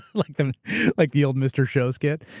like the like the old mr. show skit?